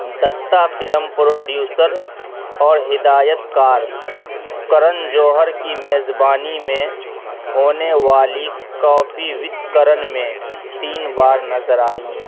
دتا film producer اور ہدایت کار کرن جوہر کی میزبانی میں ہونے والی کافی ود کرن میں تین بار نظر آئیں